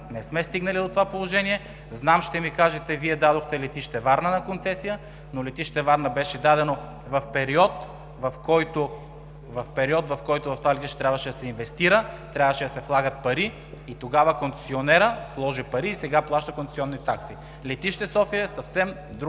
не сме стигнали до това положение. Знам, ще ми кажете, Вие дадохте Летище Варна на концесия, но Летище Варна беше дадено в период, когато в това летище трябваше да се инвестира, трябваше да се влагат пари. Тогава концесионерът вложи пари и сега плаща концесионни такси. Летище София е съвсем друг